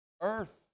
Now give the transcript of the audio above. Earth